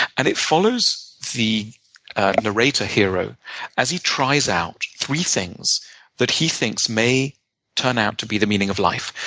and it follows the narrator hero as he tries out three things that he thinks may turn out to be the meaning of life.